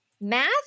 math